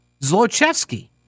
Zlochevsky